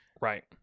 Right